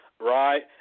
right